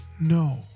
no